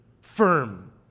firm